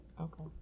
okay